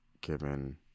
given